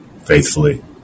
faithfully